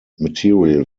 material